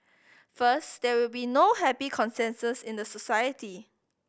first there will be no happy consensus in the society